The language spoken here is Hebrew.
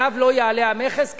עליו לא יעלה המכס,